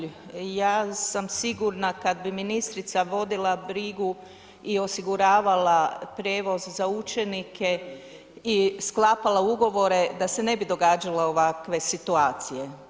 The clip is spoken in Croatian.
Ja sam sigurna kada bi ministrica vodila brigu i osiguravala prijevoz za učenike i sklapala ugovore da se ne bi događale ovakve situacije.